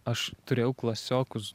aš turėjau klasiokus